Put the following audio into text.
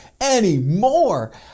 anymore